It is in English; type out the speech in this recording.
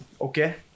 Okay